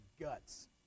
guts